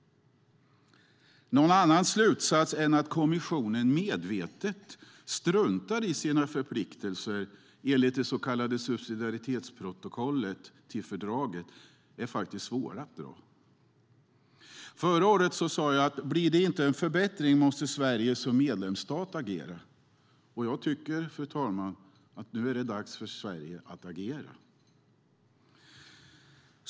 Någon annan slutsats än att kommissionen medvetet struntar i sina förpliktelser enligt det så kallade subsidiaritetsprotokollet till fördraget är faktiskt svår att dra. Förra året sade jag: Blir det inte en förbättring måste Sverige som medlemsstat agera. Jag tycker, fru talman, att det nu är dags för Sverige att agera.